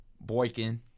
Boykin